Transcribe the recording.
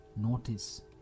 notice